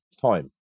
time